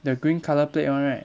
the green colour plate [one] right